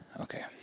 okay